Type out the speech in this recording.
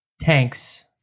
tanks